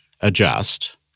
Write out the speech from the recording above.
adjust